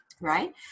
Right